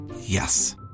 Yes